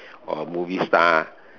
or a movie star